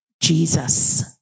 Jesus